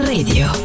Radio